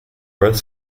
both